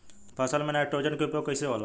फसल में नाइट्रोजन के उपयोग कइसे होला?